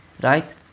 right